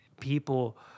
people